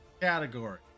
category